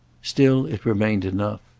still it remained enough.